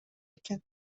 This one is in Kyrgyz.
экен